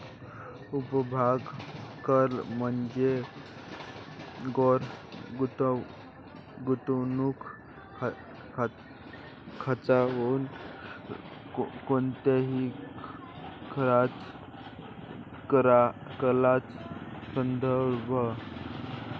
उपभोग कर म्हणजे गैर गुंतवणूक खर्चावरील कोणत्याही कराचा संदर्भ